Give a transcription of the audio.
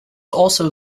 also